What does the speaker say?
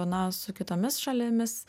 na su kitomis šalimis